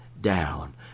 down